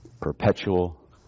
perpetual